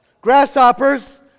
grasshoppers